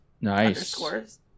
Nice